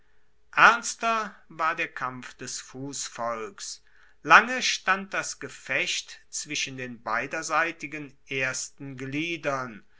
ernster war der kampf des fussvolks lange stand das gefecht zwischen den beiderseitigen ersten gliedern